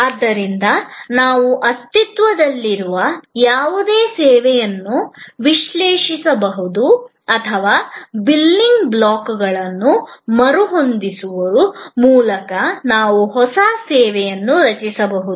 ಆದ್ದರಿಂದ ನಾವು ಅಸ್ತಿತ್ವದಲ್ಲಿರುವ ಯಾವುದೇ ಸೇವೆಯನ್ನು ವಿಶ್ಲೇಷಿಸಬಹುದು ಅಥವಾ ಬಿಲ್ಡಿಂಗ್ ಬ್ಲಾಕ್ಗಳನ್ನು ಮರುಹೊಂದಿಸುವ ಮೂಲಕ ನಾವು ಹೊಸ ಸೇವೆಯನ್ನು ರಚಿಸಬಹುದು